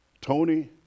Tony